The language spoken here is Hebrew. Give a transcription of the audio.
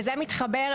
וזה מתחבר,